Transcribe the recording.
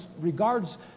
regards